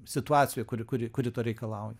situacijoj kuri kuri kuri to reikalauja